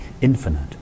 infinite